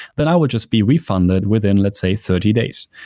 then i would just be refunded within, let's say, thirty days.